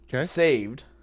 saved